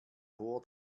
hoher